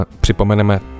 připomeneme